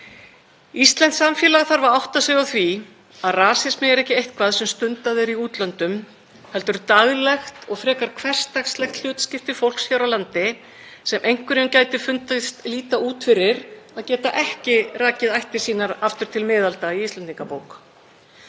Íslenskt samfélag þarf að átta sig á því að rasismi er ekki eitthvað sem stundað er í útlöndum heldur daglegt og frekar hversdagslegt hlutskipti fólks hér á landi sem einhverjum gæti fundist líta út fyrir að geta ekki rakið ættir sínar aftur til miðalda í Íslendingabók.